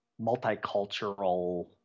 multicultural